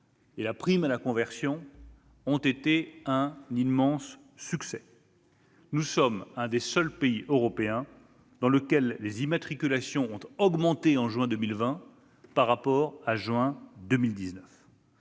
et la prime à la conversion ont connu un immense succès. Nous sommes un des seuls pays européens dont le nombre d'immatriculations a augmenté en juin 2020 par rapport à juin 2019.